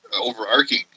overarching